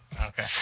Okay